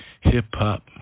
hip-hop